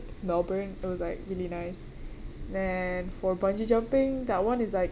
melbourne it was like really nice and for bungee jumping that [one] is like